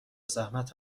زحمت